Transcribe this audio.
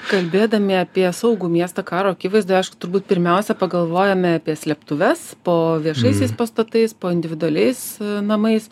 kalbėdami apie saugų miestą karo akivaizdoje aišku turbūt pirmiausia pagalvojame apie slėptuves po viešaisiais pastatais po individualiais namais